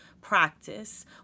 practice